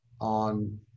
on